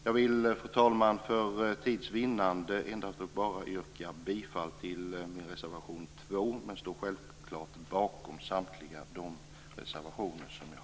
Jag vill, fru talman, för tids vinnande yrka bifall endast till reservation 2, men jag står självklart bakom samtliga mina reservationer.